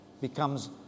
becomes